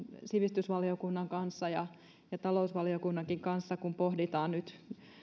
sivistysvaliokunnan kanssa ja talousvaliokunnankin kanssa kun pohditaan nyt